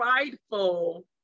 prideful